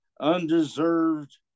undeserved